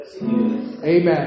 Amen